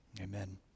Amen